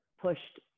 pushed